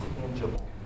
tangible